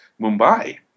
Mumbai